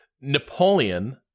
Napoleon